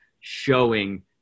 showing